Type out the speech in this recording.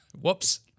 Whoops